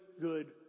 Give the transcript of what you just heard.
good